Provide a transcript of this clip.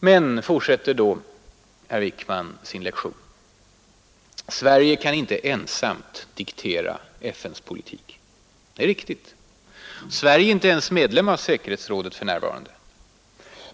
Men, fortsätter herr Wickman sin lektion, Sverige kan inte ensamt diktera FN:s politik. Det är riktigt. Sverige är inte ens medlem av säkerhetsrådet.